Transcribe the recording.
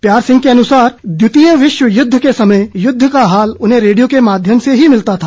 प्यार सिंह के अनुसार द्वितीय विश्व युद्ध के समय युद्ध का हाल उन्हें रेडियो के माध्यम से ही मिलता था